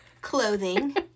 clothing